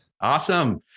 Awesome